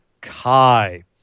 Kai